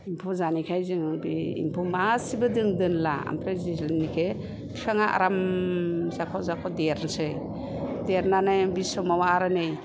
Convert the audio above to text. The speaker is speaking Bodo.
एम्फौ जानायखाय जों बे एम्फौ मासेबो जों दोनला ओमफ्राय जेथुनुखे फिफाङा आराम जाफाव जाफाव देरसै देरनानै बे समाव आरो नै